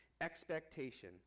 expectation